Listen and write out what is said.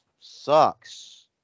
Sucks